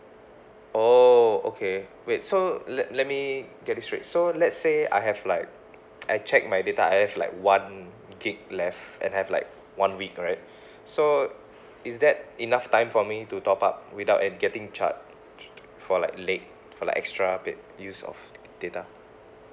oh okay wait so let let me get this straight so let's say I have like I check my data I have like one gigabyte left and I have like one week right so is that enough time for me to top up without an~ getting charged for like late for like extra bit use of data